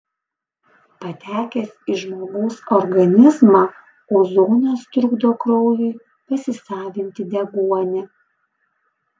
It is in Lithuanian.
patekęs į žmogaus organizmą ozonas trukdo kraujui pasisavinti deguonį